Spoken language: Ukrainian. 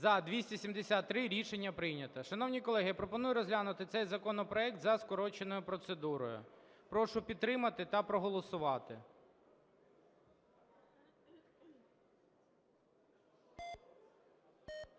За – 273 Рішення прийнято. Шановні колеги, пропоную розглянути цей законопроект за скороченою процедурою. Прошу підтримати та проголосувати.